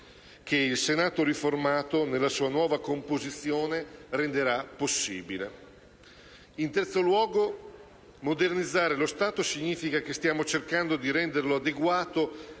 che il Senato riformato, nella sua nuova composizione, renderà possibile. In terzo luogo, modernizzare lo Stato significa cercare di renderlo adeguato